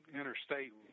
interstate